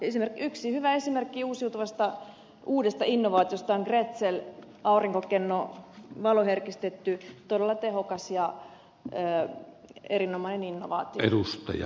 yksi hyvä esimerkki uusiutuvasta uudesta innovaatiosta on grätzel aurinkokenno valoherkistetty todella tehokas ja erinomainen innovaatio